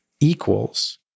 equals